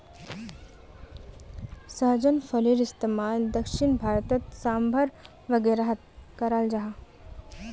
सहजन फलिर इस्तेमाल दक्षिण भारतोत साम्भर वागैरहत कराल जहा